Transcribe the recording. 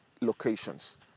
locations